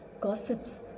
gossips